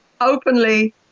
openly